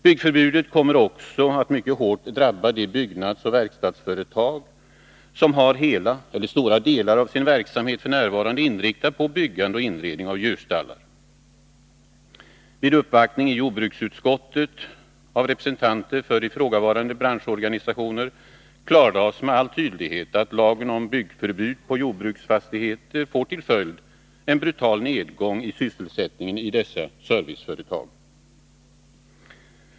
Byggförbudet kommer också att mycket hårt drabba de byggnadsoch verkstadsföretag som har hela eller stora delar av sin verksamhet f.n. inriktad på byggande eller inredning av djurstallar. Vid en uppvaktning i jordbruksutskottet av representanter för ifrågavarande branschorganisationer klarlades med all tydlighet att lagen om byggförbud på jordbruksfastigheter får till följd en brutal nedgång i sysselsättningen i dessa serviceföretag.